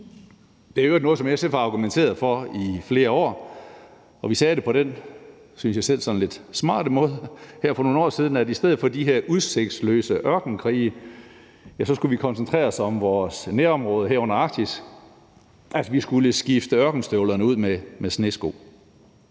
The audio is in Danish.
Det er i øvrigt noget, som SF har argumenteret for i flere år, og vi sagde det på den, synes jeg selv, sådan lidt smarte måde her for nogle år siden, nemlig at vi i stedet for at deltage i de her udsigtsløse ørkenkrige skulle koncentrere os om vores nærområde, herunder Arktis, altså at vi skulle skifte ørkenstøvlerne ud med snesko.